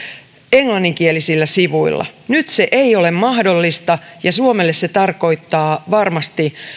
englanninkielisillä sivuilla nyt se ei ole mahdollista ja suomelle se tarkoittaa varmasti